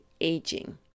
aging